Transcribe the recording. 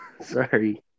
Sorry